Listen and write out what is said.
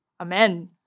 Amen